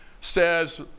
says